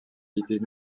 idées